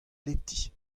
leti